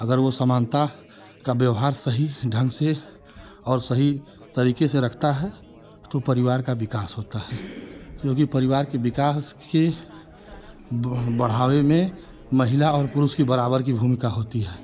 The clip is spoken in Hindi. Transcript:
अगर वो समानता का व्यवहार सही ढंग से और सही तरीके से रखता है तो परिवार का विकास होता है क्योंकि परिवार के विकास के ब बढ़ावे में महिला और पुरुष की बराबर की भूमिका होती है